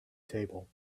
table